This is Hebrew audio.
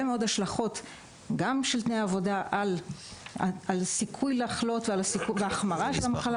מאוד השלכות גם של תנאי עבודה על סיכוי לחלות והחמרה של המחלה,